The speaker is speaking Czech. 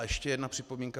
Ještě jedna připomínka.